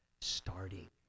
starting